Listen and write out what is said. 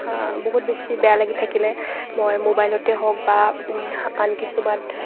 বহুত বেছি বেয়া লাগি থাকিলে মই মোবাইলতে হওক বা আন কিছুমান